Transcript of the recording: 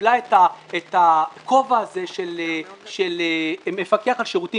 שקיבלה את הכובע הזה של מפקח על שירותים